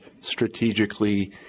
strategically